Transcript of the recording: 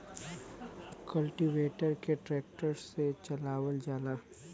cultivator के tractor से चलावल जाला